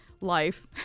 life